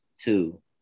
two